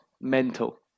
mental